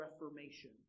reformation